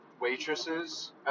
waitresses